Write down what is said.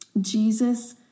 Jesus